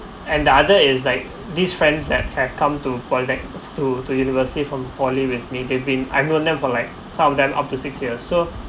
and the other is like these friends that have come to colle~ to to university from poly with neither been I've known them for like some of them up to six years so